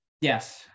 Yes